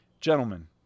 gentlemen